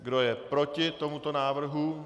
Kdo je proti tomuto návrhu?